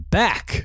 back